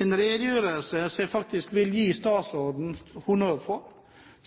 redegjørelse som jeg vil gi statsråden honnør for.